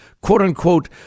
quote-unquote